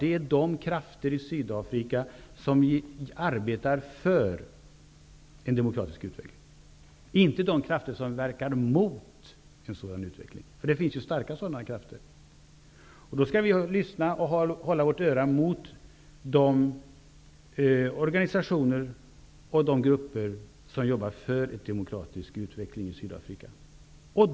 Det är de krafter i Sydafrika som arbetar för en demokratisk utveckling, inte de krafter som verkar mot en sådan utveckling. Det finns ju starka sådana krafter. Vi skall vända våra öron mot och lyssna till de organisationer och grupper som jobbar för en demokratisk utveckling i Sydafrika.